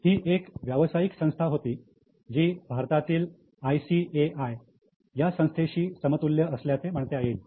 ही एक व्यावसायिक संस्था होती जी भारतातील आय सी ए आय ह्या संस्थेशी समतुल्य असल्याचे म्हणता येईल